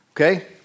Okay